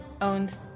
Owned